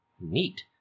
Neat